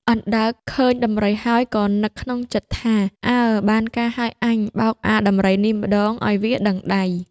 អណ្ដើកឃើញដំរីហើយ ក៏នឹកក្នុងចិត្តថា "អើ បានការហើយអញ! បោកអាដំរីនេះម្តង ឲ្យវាដឹងដៃ"